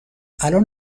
الان